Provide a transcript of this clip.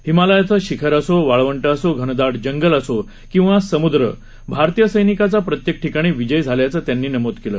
हिमालयाचं शिखर असो वाळवंट असो घनदाट जंगल असो किंवा समुद्र भारतीय सैनिकाचा प्रत्येक ठिकाणी विजय झाल्याचं त्यांनी नमूद केलं